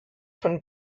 von